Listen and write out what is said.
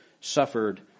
suffered